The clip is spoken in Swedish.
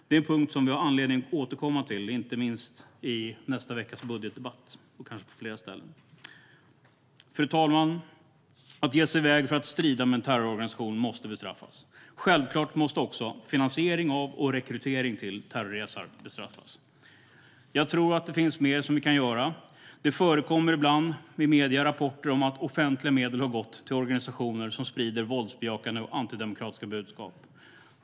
Det är en punkt som vi har anledning att återkomma till, inte minst i nästa veckas budgetdebatt och kanske vid fler tillfällen. Fru talman! Att ge sig iväg för att strida med en terrororganisation måste bestraffas. Självklart måste också finansiering av och rekrytering till terrorresor bestraffas. Jag tror att det finns mer vi kan göra. Det förekommer ibland rapporter i medierna om att offentliga medel har gått till organisationer som sprider våldsbejakande och antidemokratiska budskap.